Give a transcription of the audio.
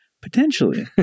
Potentially